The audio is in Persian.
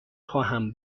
خواهم